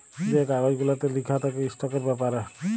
যে কাগজ গুলাতে লিখা থ্যাকে ইস্টকের ব্যাপারে